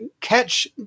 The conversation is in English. catch